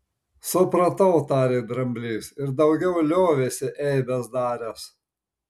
supratau tarė dramblys ir daugiau liovėsi eibes daręs